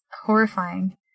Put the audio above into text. horrifying